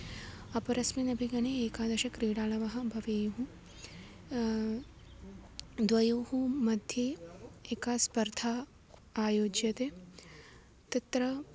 अपरस्मिन् अपि गणे एकादशक्रीडालवः भवेयुः द्वयोः मध्ये एका स्पर्धा आयोज्यते तत्र